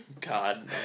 God